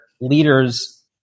leaders